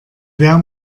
wer